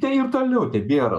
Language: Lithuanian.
tai ir toliau tebėra